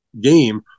game